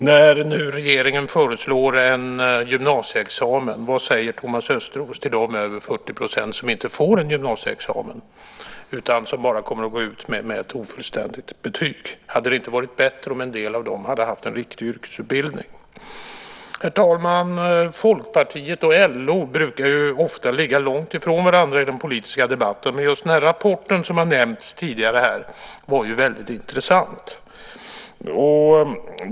När nu regeringen föreslår en gymnasieexamen, vad säger Thomas Östros till de över 40 % som inte får en gymnasieexamen utan som kommer att gå ut med ett ofullständigt betyg? Hade det inte varit bättre om en del av dem hade haft en riktig yrkesutbildning? Herr talman! Folkpartiet och LO brukar ofta ligga långt ifrån varandra i den politiska debatten, men just den rapport som har nämnts tidigare var intressant.